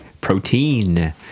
protein